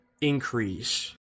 increase